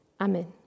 Amen